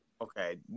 Okay